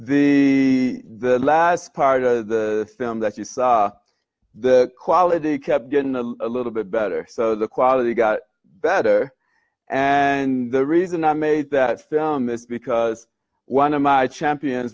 film the last part of the film that you saw the quality kept getting a little bit better so the quality got better and the reason i made that film is because one of my champions